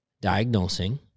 diagnosing